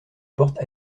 porte